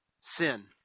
sin